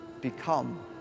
become